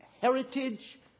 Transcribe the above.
heritage